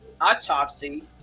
Autopsy